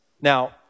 Now